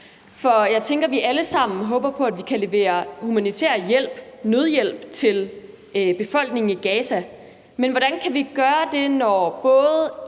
for jeg tænker, at vi alle sammen håber på, at vi kan levere humanitær nødhjælp til befolkningen i Gaza. Men hvordan kan vi gøre det, når både